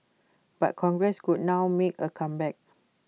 but congress could now make A comeback